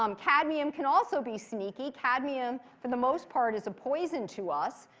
um cadmium can also be sneaky. cadmium, for the most part, is a poison to us.